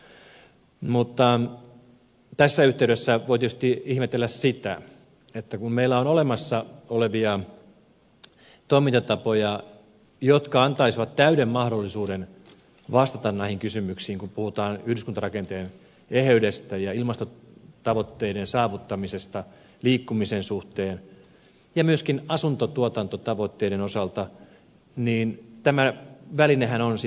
mutta tässä yhteydessä voi tietysti ihmetellä sitä että kun meillä on olemassa olevia toimintatapoja jotka antaisivat täyden mahdollisuuden vastata näihin kysymyksiin kun puhutaan yhdyskuntarakenteen eheydestä ja ilmastotavoitteiden saavuttamisesta liikkumisen suhteen ja myöskin asuntotuotantotavoitteiden osalta tämä välinehän on siis maakuntakaava